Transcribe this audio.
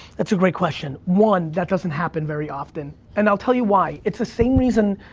that's a great question. one, that doesn't happen very often, and i'll tell you why. it's the same reason,